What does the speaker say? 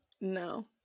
No